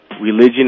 religion